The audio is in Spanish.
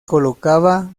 colocaba